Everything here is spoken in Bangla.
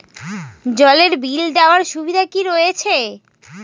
জলের বিল দেওয়ার সুবিধা কি রয়েছে?